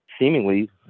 seemingly